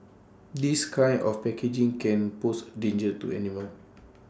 this kind of packaging can pose A danger to animals